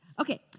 Okay